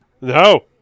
No